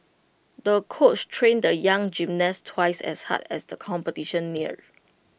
the coach trained the young gymnast twice as hard as the competition neared